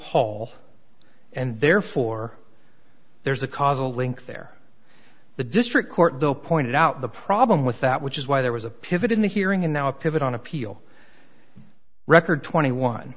paul and therefore there's a causal link there the district court though pointed out the problem with that which is why there was a pivot in the hearing and now a pivot on appeal record twenty one